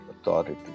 authority